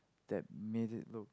that made it look